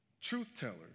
truth-tellers